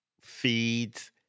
feeds